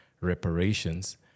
reparations